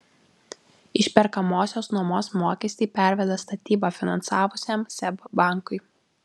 išperkamosios nuomos mokestį perveda statybą finansavusiam seb bankui